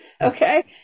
okay